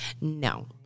No